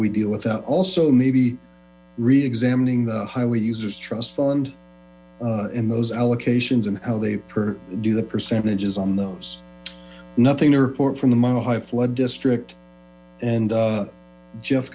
we deal with that also maybe reexamining the highway users trust fund and those allocations and how they do the percentages on those nothing to report from the mile high flood district and